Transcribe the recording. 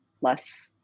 less